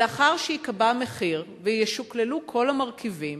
לאחר שייקבע מחיר וישוקללו כל המרכיבים,